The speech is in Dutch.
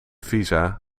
visa